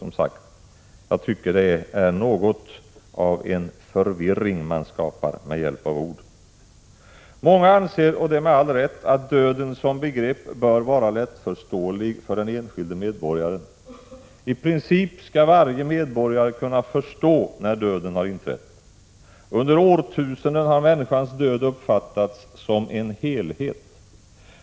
Man skapar förvirring med hjälp av ord. Många anser med all rätt att döden som begrepp bör vara lättförståelig för den enskilde medborgaren. I princip skall varje medborgare kunna förstå när döden har inträtt. Under årtusenden har människans död uppfattats som en helhet.